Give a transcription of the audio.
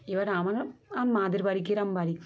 এবার আমার মাদের বাড়ি গ্রাম বাড়ি